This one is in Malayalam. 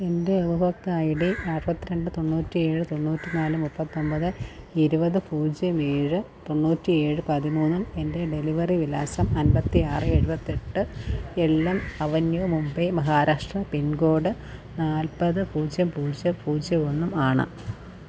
എന്റെ ഉപഭോക്തൃ ഐ ഡി അറുപത്തി രണ്ട് തൊണ്ണൂറ്റി ഏഴ് തൊണ്ണൂറ്റി നാല് മുപ്പത്തി ഒമ്പത് ഇരുപത് പൂജ്യം ഏഴ് തൊണ്ണൂറ്റി ഏഴ് പതിമൂന്നും എന്റെ ഡെലിവറി വിലാസം അൻപത്തി ആറ് എഴുപത്തി എട്ട് എല്ലെം avenue Mumbai Maharashtra pin code നാൽപ്പത് പൂജ്യം പൂജ്യം പൂജ്യം ഒന്നും ആണ്